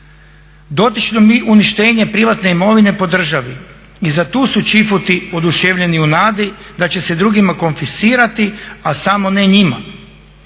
dotičnom i uništenje privatne imovine po državi. I za tu su čifuti oduševljeni u nadi da će se drugima konfiscirati a samo ne njima.